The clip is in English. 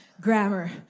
grammar